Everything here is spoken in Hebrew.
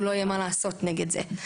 גם לא יהיה מה לעשות נגד זה.